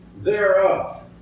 thereof